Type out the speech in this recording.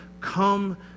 come